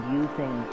using